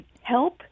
help